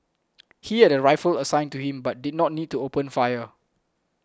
he had a rifle assigned to him but did not need to open fire